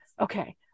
okay